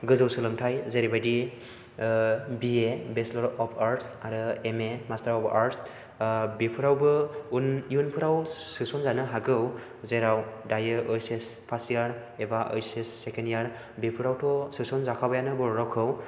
गोजौ सोलोंथाय जेरैबादि ओ B A bachelor of arts आरो M A master of arts बेफोरावबो इयुनफोराव सोस'नजानो हागौ जेराव दायो ऐत्स एस फार्स्ट इयार एबा ऐत्स एस सेकेन्द इयार बेफोरावथ' सोस'न जाखाबायानो बर' रावखौ